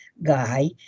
guy